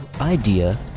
idea